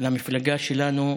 המפלגה שלנו,